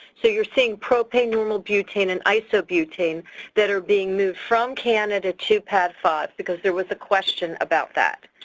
so you're seeing propane, normal butane, and isobutane that are being moved from canada to padd five because there was a question about that.